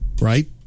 right